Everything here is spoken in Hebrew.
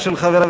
חברי